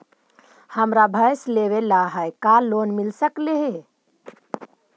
हमरा भैस लेबे ल है का लोन मिल सकले हे?